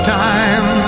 time